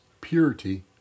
purity